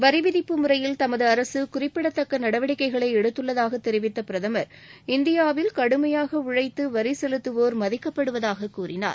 வரி விதிப்பு முறையில் தமது அரசு குறிப்பிடத்தக்க நடவடிக்கைகளை எடுத்துள்ளதாக தெரிவித்த பிரதமர் இந்தியாவில் கடுமையாக உழைத்து வரி செலுத்துவோர் மதிக்கப்படுவதாக கூறினார்